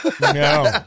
No